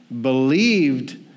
believed